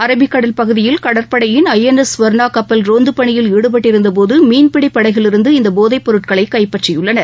Arabic கடல் பகுதியில் கடற்படையின் ஐ என் எஸ் கவர்ணா கப்பல் ரோந்துப் பணியில் ஈடுபட்டிருந்தபோது மீன்பிடி படகில் இருந்து இந்தப் போதைப் பொருட்களை கைப்பற்றியுள்ளனர்